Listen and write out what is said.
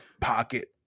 pocket